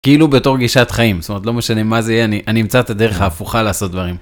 כאילו בתור גישת חיים, זאת אומרת לא משנה מה זה יהיה, אני אמצא את הדרך ההפוכה לעשות דברים.